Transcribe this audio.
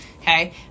Okay